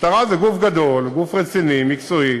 משטרה זה גוף גדול, גוף רציני, מקצועי,